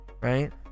Right